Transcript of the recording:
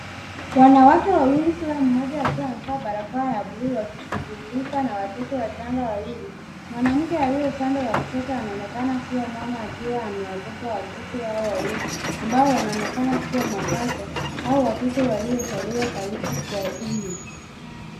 Wanawake wawili kila mmona akiwa amevaa barakoa ya buluu wakishughulika na watoto wachanga wawili. Mwanamke aliye upande wa kushoto anaonekana kuwa mama akiwa amewabeba watoto hawa wawili ambao wanaonekana kuwa mapacha. Hao watoto waliozaliwa karibu kwa umri.